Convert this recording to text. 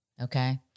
Okay